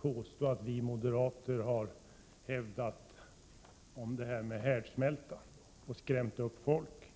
påstå att vi moderater genom att tala om härdsmälta har skrämt upp folk.